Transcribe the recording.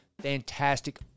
Fantastic